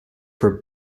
for